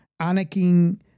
Anakin